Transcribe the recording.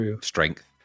strength